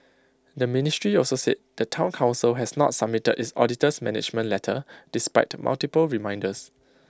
the ministry also said the Town Council has not submitted its auditor's management letter despite multiple reminders